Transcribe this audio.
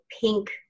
pink